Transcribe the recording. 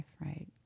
right